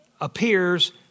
appears